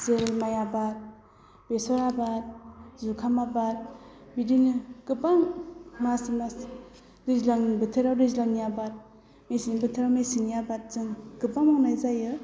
जेरै माइ आबाद बेसर आबाद जुखाम आबाद बिदिनो गोबां मासै मास दैज्लां बोथोराव दैज्लांनि आबाद मेसें बोथोराव मेसेंनि आबाद जों गोबां मावनाय जायो